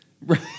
Right